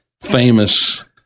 famous